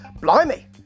Blimey